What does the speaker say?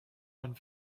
one